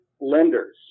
lenders